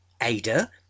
ada